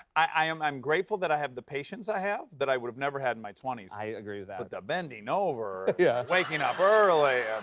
um i'm grateful that i have the patience i have that i would've never had in my twenty s. i agree with that. but the bending over. yeah. waking up early, and.